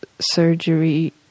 surgery